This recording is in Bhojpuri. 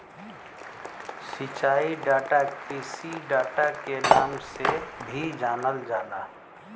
सिंचाई डाटा कृषि डाटा के नाम से भी जानल जाला